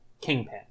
Kingpin